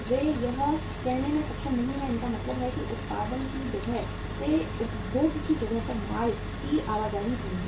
वे यह कहने में सक्षम नहीं हैं इसका मतलब है कि उत्पादन की जगह से उपभोग की जगह तक माल की आवाजाही धीमी है